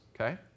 okay